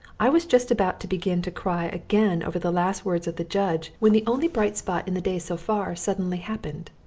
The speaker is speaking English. i was just about to begin to cry again over the last words of the judge, when the only bright spot in the day so far suddenly happened.